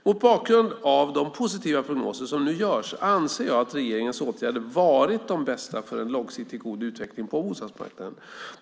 Mot bakgrund av de positiva prognoser som nu görs anser jag att regeringens åtgärder varit de bästa för en långsiktigt god utveckling på bostadsmarkanden.